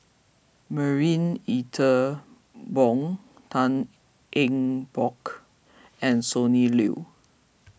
Marie Ethel Bong Tan Eng Bock and Sonny Liew